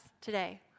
today